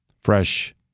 fresh